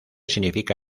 significa